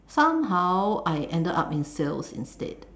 somehow I ended up in sales instead